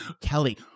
kelly